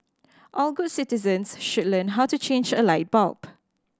all good citizens should learn how to change a light bulb